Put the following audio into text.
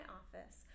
office